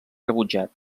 rebutjat